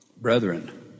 Brethren